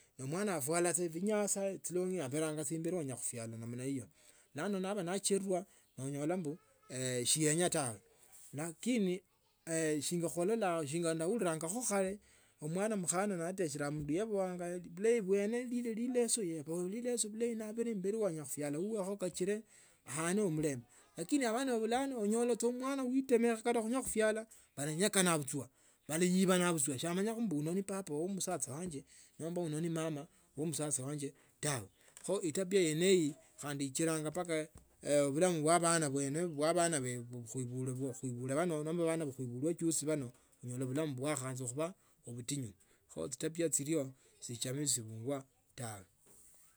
Omwaro yefwala saa binyara chilongi abiranga saa chimbilo yenya khusiala namna hiyo bulano naba nacherera noonyola mbu siyenyatawe lakini shiganaurilakho khale omwana mkhana natekbile yehoyanga bulayi bwene lile lileso lilanyi yeboile lileso bulayi aa abira embeli ya bafwala kho kachile aane omuleme lakini bana ba bulano onyola chya omwana umekemeya kata khanywa khusiala anyekana butswa yengana bus wa saa amanyile mbu huyu ni papa we mwacha wanje nomba uno ni mama wa mwache wanje tawe kha itabia yene iyo khandi chilanga obulamu bwa bana bene bwa bana khuebule nomba bana khuebuke juzi bano onyola bulamy bwakhaba butinyu khochiyabia chiryo chienyongwa tawe.